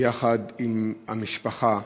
יחד עם המשפחה,